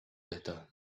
better